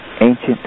ancient